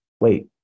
wait